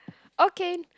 okay